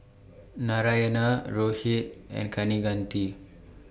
Narayana Rohit and Kaneganti